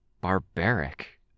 Barbaric